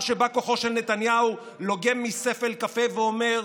שבא כוחו של נתניהו לוגם מספל קפה ואומר: